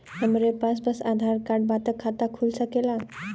हमरे पास बस आधार कार्ड बा त खाता खुल सकेला?